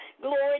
Glory